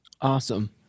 awesome